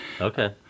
Okay